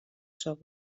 sobre